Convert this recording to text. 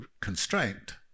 constraint